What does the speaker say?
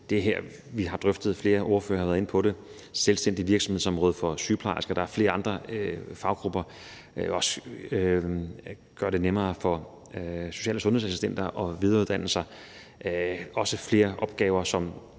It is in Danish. det her, vi har drøftet, og flere ordførere har været inde på det, altså et selvstændigt virksomhedsområde for sygeplejersker – og der er flere andre faggrupper – og også at gøre det nemmere for social- og sundhedsassistenter at videreuddanne sig; og flere opgaver, som